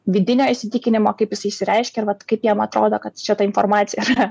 vidinio įsitikinimo kaip jiais išsireiškė ar vat kaip jam atrodo kad šita informacija yra